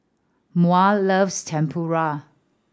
Maury loves Tempura